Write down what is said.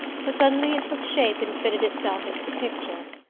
but suddenly it took shape and fitted itself into the picture.